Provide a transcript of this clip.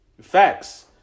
Facts